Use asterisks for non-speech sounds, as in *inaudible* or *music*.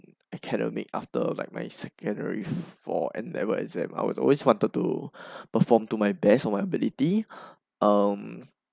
academic after like my secondary four N level exam I was always wanted to *breath* perform to my best of my abilities *breath* um